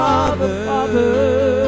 Father